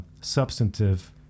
substantive